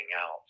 else